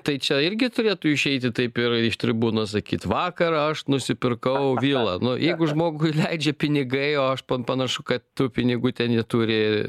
tai čia irgi turėtų išeiti taip ir iš tribūnos sakyti vakar aš nusipirkau vilą nu jeigu žmogui leidžia pinigai o aš panašu kad tų pinigų ten jie turi